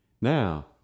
Now